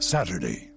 Saturday